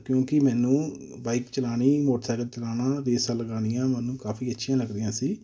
ਕਿਉਂਕਿ ਮੈਨੂੰ ਬਾਈਕ ਚਲਾਉਣੀ ਮੋਟਰਸਾਇਕਲ ਚਲਾਉਣਾ ਰੇਸਾਂ ਲਗਾਉਣੀਆਂ ਮੈਨੂੰ ਕਾਫੀ ਅੱਛੀਆਂ ਲੱਗਦੀਆਂ ਸੀ